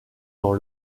dans